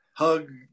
hug